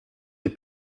les